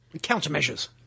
Countermeasures